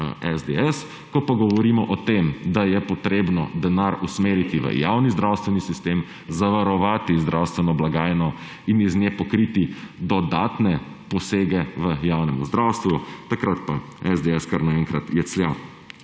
SDS. Ko pa govorimo o tem, da je treba denar usmeriti v javni zdravstveni sistem, zavarovati zdravstveno blagajno in iz nje pokriti dodatne posege v javnem zdravstvu, takrat pa SDS kar naenkrat jeclja